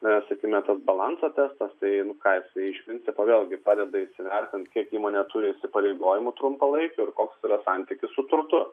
na sakykime tas balanso testas tai nu ką jisai iš principo vėlgi padeda įsivertint kiek įmonė turi įsipareigojimų trumpalaikių ir koks yra santykis su turtu